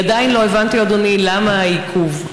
אני עדיין לא הבנתי, אדוני, למה העיכוב.